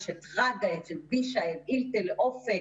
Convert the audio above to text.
יש את ראדא, וישיי, אינטל, אופק,